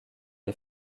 les